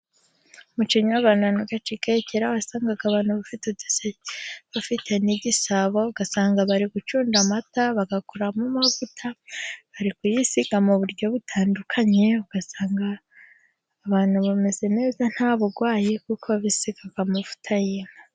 Umuco nyarwanda ntugacike. Kera wasangaga abantu bafite uduseke, bafite n'igisabo. Ugasanga bari gucunda amata bagakuramo amavuta, bari kuyisiga mu buryo butandukanye, ugasanga abantu bameze neza nta burwayi, kuko bisigaga amavuta y'inka.